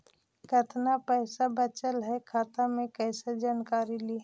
कतना पैसा बचल है खाता मे कैसे जानकारी ली?